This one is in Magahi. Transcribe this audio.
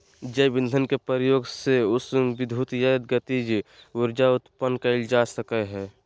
जैव ईंधन के प्रयोग से उष्मा विद्युत या गतिज ऊर्जा उत्पन्न कइल जा सकय हइ